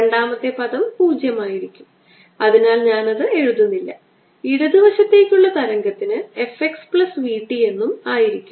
രണ്ടാമത്തെ പദം 0 ആയിരിക്കും അതിനാൽ ഞാൻ അത് എഴുതുന്നില്ല ഇടതു വശത്തേക്കുള്ള തരംഗത്തിന് f x plus v t എന്നും ആയിരിക്കും